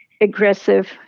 aggressive